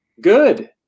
Good